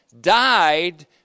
died